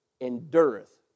endureth